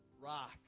Rock